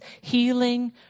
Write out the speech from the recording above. healing